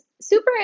super